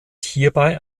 hierbei